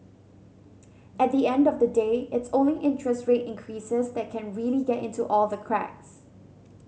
at the end of the day it's only interest rate increases that can really get into all the cracks